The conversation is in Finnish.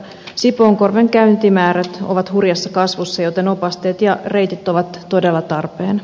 sipoonkorven käyntimäärät ovat hurjassa kasvussa joten opasteet ja reitit ovat todella tarpeen